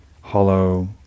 hollow